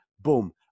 Boom